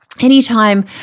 anytime